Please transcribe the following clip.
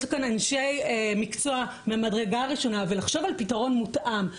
יש כאן אנשי מקצוע ממדרגה הראשונה ולחשוב על פתרון מותאם.